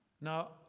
Now